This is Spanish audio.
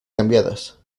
cambiadas